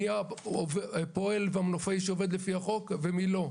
מי הפועל והמנופאי שעובד לפי החוק ומי לא,